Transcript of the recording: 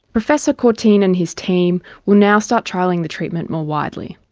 professor courtine and his team will now start trialling the treatment more widely.